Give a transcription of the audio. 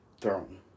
Throne